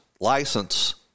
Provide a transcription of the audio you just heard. license